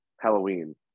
Halloween